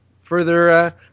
further